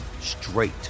straight